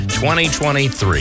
2023